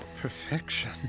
Perfection